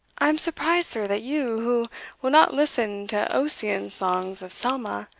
i am surprised, sir, that you, who will not listen to ossian's songs of selma,